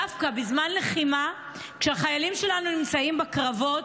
דווקא בזמן לחימה, כשהחיילים שלנו נמצאים בקרבות,